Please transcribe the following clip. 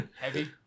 Heavy